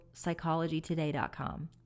psychologytoday.com